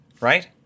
right